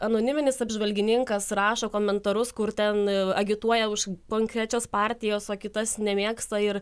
anoniminis apžvalgininkas rašo komentarus kur ten agituoja už konkrečios partijos o kitas nemėgsta ir